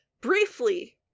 briefly